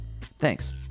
Thanks